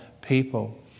people